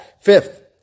fifth